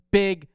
big